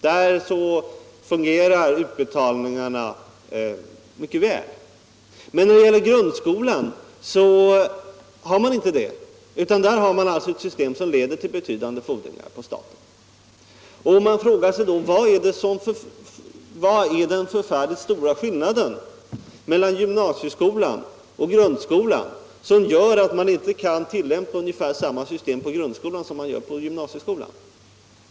Där fungerar utbetalningarna mycket väl. Men när det gäller grundskolan har man inte funnit ett sådant system, utan där tillämpar man ett system som leder till betydande fordringar på staten. Då blir frågan: Vilken är den stora skillnad mellan gymnasieskolan och grundskolan som gör att man inte kan tillämpa ungefär samma system på grundskolan som på gymnasieskolan?